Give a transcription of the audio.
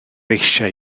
eisiau